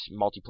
multiplayer